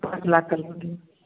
तो पाँच लाख का लोन है